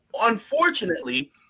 unfortunately